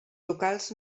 locals